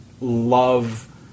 love